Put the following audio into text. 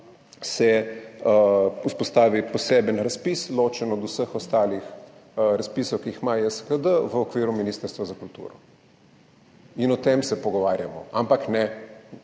se vzpostavi poseben razpis, ločen od vseh ostalih razpisov, ki jih ima JSKD v okviru Ministrstva za kulturo. O tem se pogovarjamo, ampak ne,